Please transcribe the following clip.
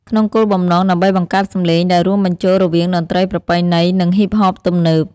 ក្នុងគោលបំណងដើម្បីបង្កើតសម្លេងដែលរួមបញ្ចូលរវាងតន្ត្រីប្រពៃណីនិងហ៊ីបហបទំនើប។